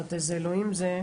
איזה אלוהים זה?